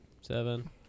Seven